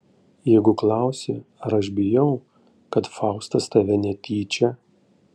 jeigu klausi ar aš bijau kad faustas tave netyčia